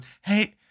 hey